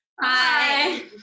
Hi